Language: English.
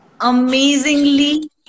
amazingly